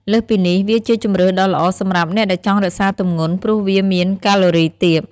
លើសពីនេះ វាជាជម្រើសដ៏ល្អសម្រាប់អ្នកដែលចង់រក្សាទម្ងន់ព្រោះវាមានកាឡូរីទាប។